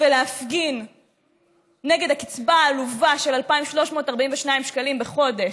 ולהפגין נגד הקצבה העלובה של 2,342 שקלים בחודש.